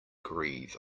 grieve